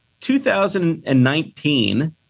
2019